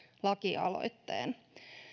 lakialoitteen